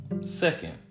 Second